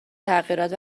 تغییرات